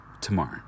tomorrow